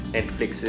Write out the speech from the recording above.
Netflix